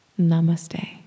Namaste